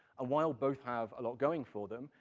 ah while both have a lot going for them,